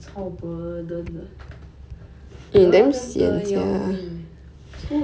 lah lah lah 它这个东西超 burden 的